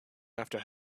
after